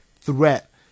threat